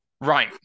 Right